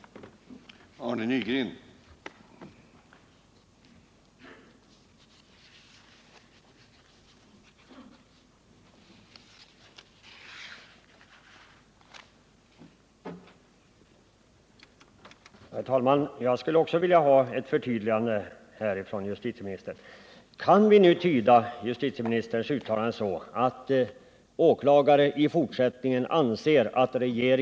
1 mars 1979